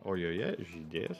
o joje žydės